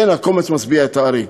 אין הקומץ משביע את הארי.